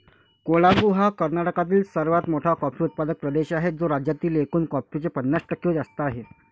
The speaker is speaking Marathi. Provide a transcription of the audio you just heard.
कोडागु हा कर्नाटकातील सर्वात मोठा कॉफी उत्पादक प्रदेश आहे, जो राज्यातील एकूण कॉफीचे पन्नास टक्के जास्त आहे